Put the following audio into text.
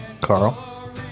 carl